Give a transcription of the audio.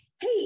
hey